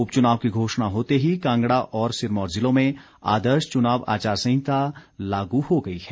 उपचुनाव की घोषणा होते ही कांगड़ा और सिरमौर जिलों में आदर्श चुनाव आचार संहिता लागू हो गई है